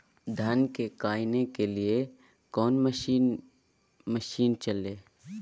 धन को कायने के लिए कौन मसीन मशीन चले?